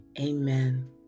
Amen